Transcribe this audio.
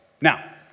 Now